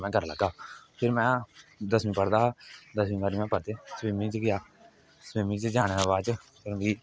में करी लैगा फिर में दसमीं पढ़दा हा दसमीं पढ़दे में स्बिमिंग च गेआ स्बिमिंग च जाने दे बाद च मिगी